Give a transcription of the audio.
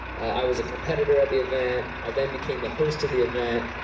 i was a competitor at the event, i then became the host of the event,